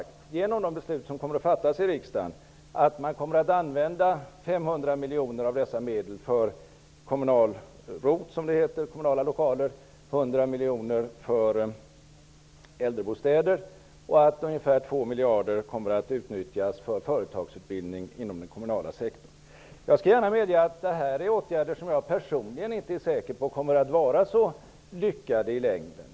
Genom de beslut som kommer att fattas i riksdagen kommer 500 miljoner kronor av dessa medel att användas för kommunal ROT -- kommunala lokaler -- och 100 miljoner kronor för äldrebostäder. Två miljarder kronor kommer att utnyttjas för företagsutbildning inom den kommunala sektorn. Jag skall gärna medge att detta är åtgärder som jag personligen inte är säker på kommer att vara så lyckade i längden.